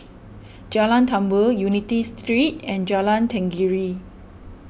Jalan Tambur Unity Street and Jalan Tenggiri